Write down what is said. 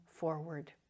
forward